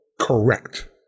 correct